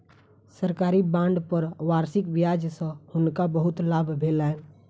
सरकारी बांड पर वार्षिक ब्याज सॅ हुनका बहुत लाभ भेलैन